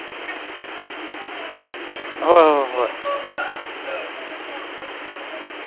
ꯍꯣꯏ ꯍꯣꯏ